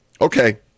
Okay